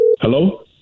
Hello